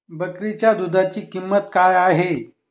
बकरीच्या दूधाची किंमत काय आहे?